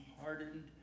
hardened